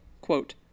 quote